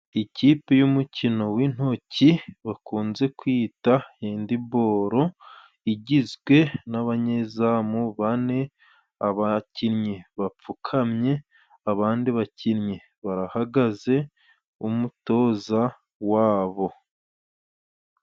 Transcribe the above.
Ikipe y'umukino w'intoki bakunze kwiyitaHendiboro igizwe n'abanyezamu bane, abakinnyi bapfukamye abandi bakinnyi barahagaze umutoza wabo.